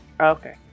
okay